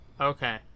Okay